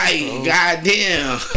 goddamn